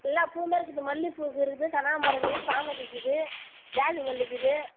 எல்லா பூவுமே இருக்குது மல்லிப்பூ இருக்குது கனகாம்பரம் இருக்குது சாமந்தி இருக்குது ஜாதிமல்லி இருக்குது